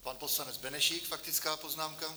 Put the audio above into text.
Pan poslanec Benešík, faktická poznámka.